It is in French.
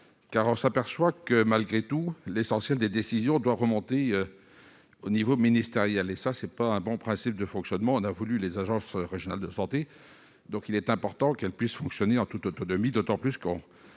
car on s'aperçoit que, malgré tout, l'essentiel des décisions remonte au niveau ministériel, ce qui ne constitue pas un bon principe de fonctionnement. On a voulu ces agences régionales de santé, il est donc important qu'elles puissent fonctionner en toute autonomie, d'autant plus que